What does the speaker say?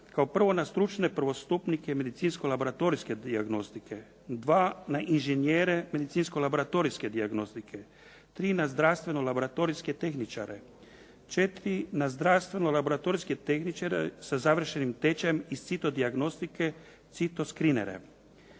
Kao prvo na stručne prvostupnike medicinsko laboratorijske dijagnostike. 2. na inženjere medicinsko laboratorijske dijagnostike. 3. na zdravstveno laboratorijske tehničare. 4. na zdravstveno laboratorijske tehničare sa završenim tečajem iz cito dijagnostike, citoskrinere.